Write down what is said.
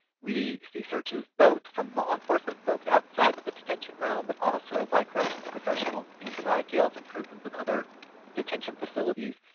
we see searches both from law enforcement folks outside the detention realm, but also by corrections professionals inside jails and prisons and other detention facilities,